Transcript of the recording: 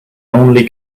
only